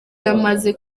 yamaze